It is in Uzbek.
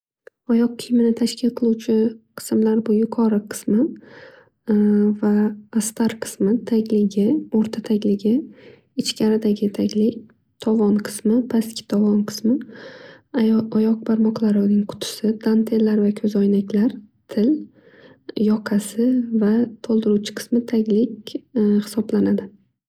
Oyoq kiyimni tashkil qiluvchi qismlar, bu yuqori qismi va astar qismi, tagligi, o'rta tagligi, ichkaridagi taglig, tovon qismi, pastki tovon qismi, ayo- oyoq barmoqlaroning qutisi, dantellar va ko'z oynaklar, til, yoqasi va to'ldiruvchi qismi taglik hisoblanadi.